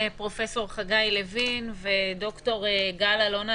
פרופ' חגי לוין וד"ר גל אלון,